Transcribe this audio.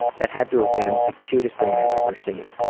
that had to have been the cutest thing i have ever seen.